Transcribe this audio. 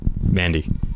Mandy